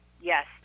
Yes